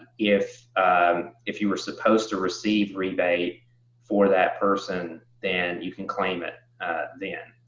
if if you were supposed to receive rebate for that person, then you can claim it then.